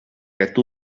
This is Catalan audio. aquest